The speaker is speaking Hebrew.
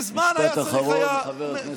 מזמן צריך היה, משפט אחרון, חבר הכנסת ג'בארין.